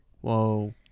Whoa